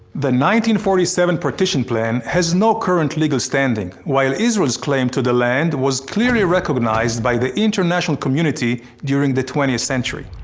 the forty seven partition plan has no current legal standing, while israel's claim to the land was clearly recognized by the international community during the twentieth century.